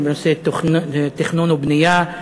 הן בנושא תכנון ובנייה,